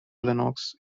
lenox